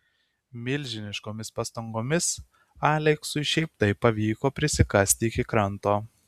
milžiniškomis pastangomis aleksui šiaip taip pavyko prisikasti iki kranto